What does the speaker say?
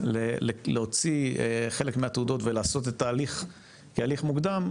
להוציא חלק מהתעודות ולעשות את ההליך כהליך מוקדם,